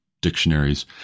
dictionaries